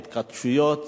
ההתכתשויות